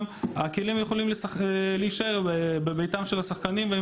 הכלים יכולים להישאר בביתם של השחקנים והם